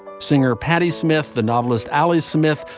singer patti smith, the novelist alice smith,